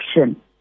action